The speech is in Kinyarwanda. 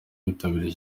bitabiriye